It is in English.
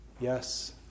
yes